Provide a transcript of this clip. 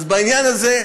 אז בעניין הזה,